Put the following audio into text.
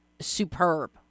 superb